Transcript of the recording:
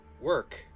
work